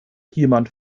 jemand